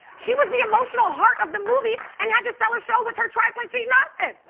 she was the emotional heart of the movie and had to sell a show with her trifling cheating ah